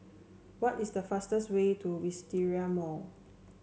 what is the fastest way to Wisteria Mall